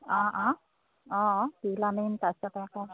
অঁ অঁ অঁ অঁ